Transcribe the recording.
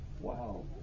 wow